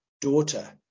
daughter